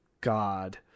god